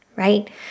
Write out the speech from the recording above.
right